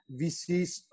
VCs